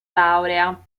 laurea